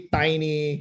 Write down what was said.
tiny